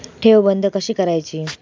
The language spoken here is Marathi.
ठेव बंद कशी करायची?